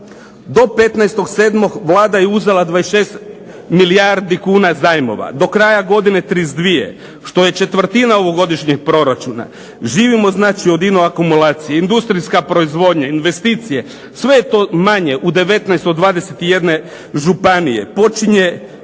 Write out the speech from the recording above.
Do 15.7. Vlada je uzela 26 milijardi kuna zajmova, do kraja godine 32 što je četvrtina ovogodišnjeg proračuna. Živimo znači od ino akumulacije. Industrijska proizvodnja, investicije, sve je to manje u 19 do 21 županije. Pada